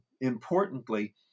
importantly